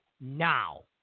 now